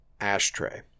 Ashtray